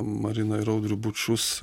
marią ir audrių bučus